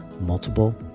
multiple